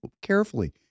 carefully